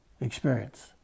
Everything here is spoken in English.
experience